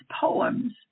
poems